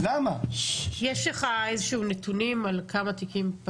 יש לך איזשהם נתונים על כמה תיקים,